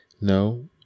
No